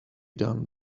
done